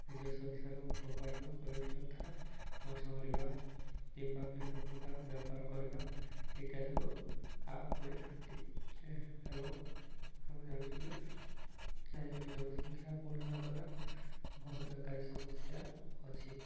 ନିଜ ସହିସାର ଉର୍ଥ ଉପାର୍ଜନ କରିବା ଯଥା ମାଛ ମାରିବା କିମ୍ବା ବିଭିନ୍ନ ପ୍ରକାର ବେପାର କରିବା ଇତ୍ୟାଦିକୁ ଆପଣେଇ ଥାନ୍ତି ଏବଂ ଆମେ ଜାଣୁଛୁ ଯେ ଆଜିକାଲି ଜନସଂଖ୍ୟା ବଢ଼ିବା ଦ୍ୱାରା ବହୁତ ବେକାରୀ ସମସ୍ୟା ଅଛି